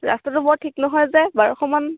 ৰাস্তাটো বৰ ঠিক নহয় যে বাৰশমান